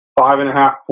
five-and-a-half